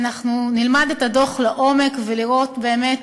אנחנו נלמד את הדוח לעומק, לראות באמת